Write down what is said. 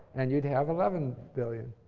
and you'd have eleven billion